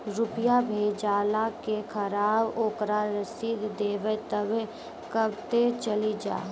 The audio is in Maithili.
रुपिया भेजाला के खराब ओकरा रसीद देबे तबे कब ते चली जा?